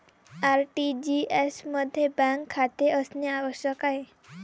RTGS मध्ये bank खाते असणे आवश्यक आहे